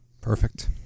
Perfect